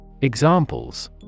Examples